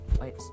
wait